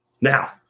Now